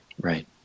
Right